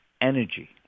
energy